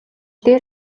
дээр